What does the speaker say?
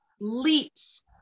leaps